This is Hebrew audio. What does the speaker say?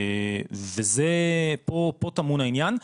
פה טמון העניין,